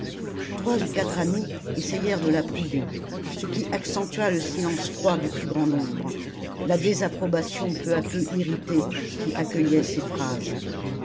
trois ou quatre amis essayèrent de l'approuver ce qui accentua le silence froid du plus grand nombre la désapprobation peu à peu irritée qui accueillait ses phrases